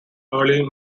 early